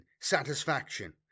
satisfaction